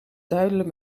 duidelijk